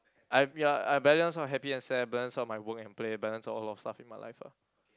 I've ya I balance out happy and sad I balance out my work and play balance out a lot of stuff in my life ah